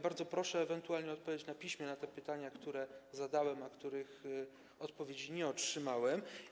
Bardzo proszę ewentualnie o odpowiedź na piśmie na te pytania, które zadałem, a na które odpowiedzi nie otrzymałem.